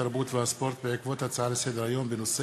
התרבות והספורט בעקבות דיון בהצעות לסדר-היום של חברי הכנסת עודד פורר,